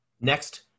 next